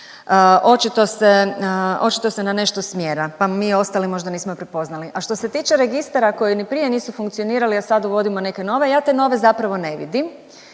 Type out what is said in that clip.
očito se na nešto smjera pa mi ostali možda nismo prepoznali. A što se tiče registara koji ni prije nisu funkcionirali, a sad uvodio neke nove ja te nove zapravo ne vidim